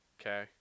Okay